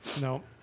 No